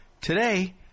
Today